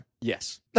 Yes